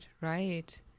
right